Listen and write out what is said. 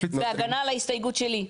בהגנה על ההסתייגות שלי.